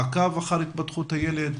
שיפור של השירותים הללו גם בשנים האחרונות,